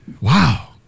wow